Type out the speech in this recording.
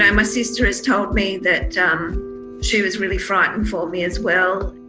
yeah my sister has told me that um she was really frightened for me as well.